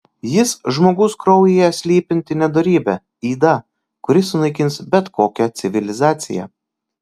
jis žmogaus kraujyje slypinti nedorybė yda kuri sunaikins bet kokią civilizaciją